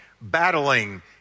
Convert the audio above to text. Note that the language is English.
battling